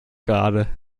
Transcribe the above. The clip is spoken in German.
gerade